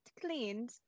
cleaned